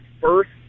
first